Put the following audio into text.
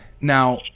Now